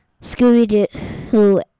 Scooby-Doo